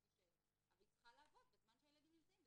היא צריכה לעבוד בזמן שהילדים נמצאים,